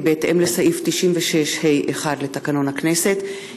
כי בהתאם לסעיף 96(ה)(1) לתקנון הכנסת,